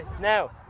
Now